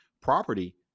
property